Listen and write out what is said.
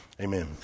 Amen